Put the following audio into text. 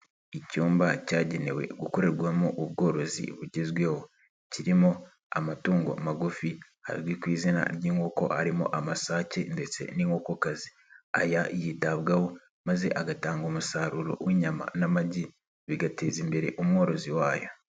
Icyumba cyagenewe gukorerwamo ubworozi bugezweho, kirimo amatungo magufi azwi ku izina ry'inkoko arimo amasake ndetse n'inkokokazi, aya yitabwaho maze agatanga umusaruro w'inyama n'amagi bigateza imbere umworozi wayo.